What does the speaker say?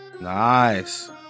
Nice